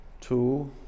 Two